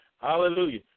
Hallelujah